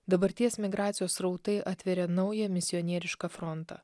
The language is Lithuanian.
dabarties migracijos srautai atveria naują misionierišką frontą